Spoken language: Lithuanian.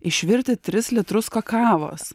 išvirti tris litrus kakavos